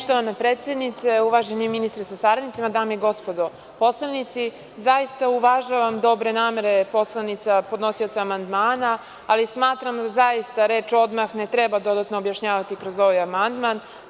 Poštovana predsednice, uvaženi ministre sa saradnicima, dame i gospodo poslanici, zaista uvažavam dobre namere podnosioca amandmana, ali smatram da zaista reč „odmah“ ne treba dodatno objašnjavati kroz ovaj amandman.